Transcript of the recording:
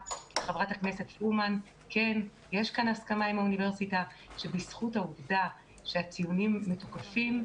יש כאן הסכמה עם האוניברסיטה שבזכות העובדה שהציונים מתוקפים,